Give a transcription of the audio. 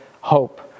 hope